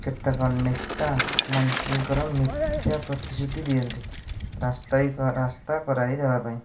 କେତେକ ନେତା ମନ୍ତ୍ରୀଙ୍କର ମିଥ୍ୟା ପ୍ରତିଶୃତି ଦିଅନ୍ତି ରାସ୍ତା ରାସ୍ତା କରାଇ ଦେବା ପାଇଁ